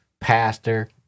pastor